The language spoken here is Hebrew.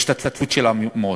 השתתפות של המועצות,